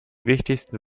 wichtigsten